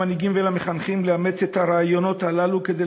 למנהיגים ולמחנכים לאמץ את הרעיונות הללו כדי